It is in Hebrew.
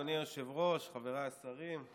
אדוני היושב-ראש, חבריי השרים,